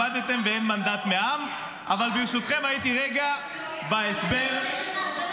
גם --- חברים, חבל על הוויכוח.